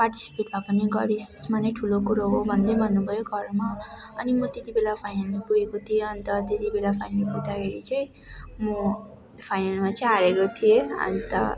participate भए पनि गरिस् यसमा नै ठुलो कुरो हो भन्दै भन्नुभयो घरमा अनि म त्यतिबेला फाइनलमा पुगेको थिएँ अन्त त्यतिबेला फाइनल पुग्दाखेरि चाहिँ म फाइनलमा चाहिँ हारेको थिएँ अन्त